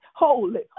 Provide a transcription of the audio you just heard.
holy